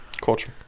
Culture